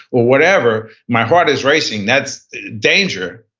or whatever. my heart is racing. that's danger.